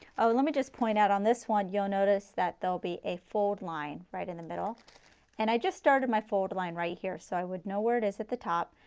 ah let me just point out on this one, you will notice that there will be a fold line, right in the middle and i just started my fold line, right here. so i would know where it is at the top.